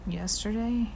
yesterday